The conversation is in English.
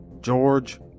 George